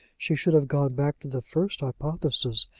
she should have gone back to the first hypothesis,